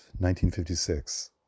1956